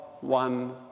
one